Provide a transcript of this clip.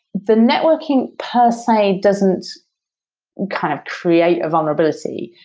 the networking per se doesn't kind of create a vulnerability.